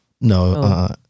No